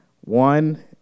One